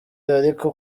ariko